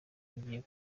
ngiye